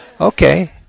Okay